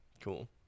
Cool